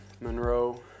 Monroe